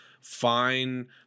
fine